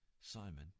Simon